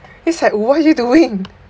it's like what are you doing